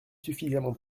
suffisamment